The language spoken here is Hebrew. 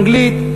אנגלית,